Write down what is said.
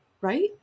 Right